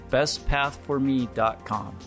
BestPathForMe.com